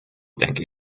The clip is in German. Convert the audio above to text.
denke